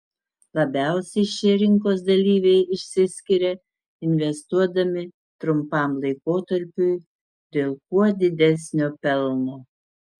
labiausiai šie rinkos dalyviai išsiskiria investuodami trumpam laikotarpiui dėl kuo didesnio pelno